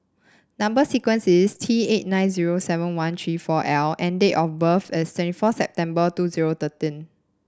number sequence is T eight nine zero seven one three four L and date of birth is twenty four September two zero thirteen